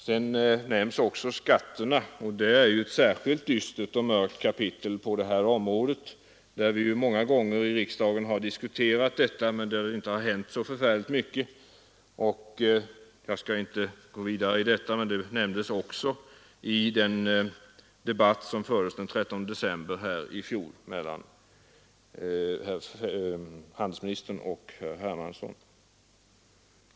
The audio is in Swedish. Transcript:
Sedan nämns också skatterna, och det är ett särskilt dystert kapitel på det här området. Det har diskuterats många gånger i riksdagen men det har inte hänt så mycket. Jag skall inte gå vidare in på detta, men det nämndes också i den debatt som fördes den 13 december i fjol mellan handelsministern och herr Hermansson.